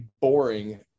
boring